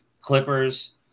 Clippers